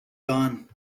gone